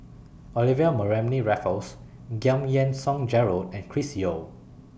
Olivia Mariamne Raffles Giam Yean Song Gerald and Chris Yeo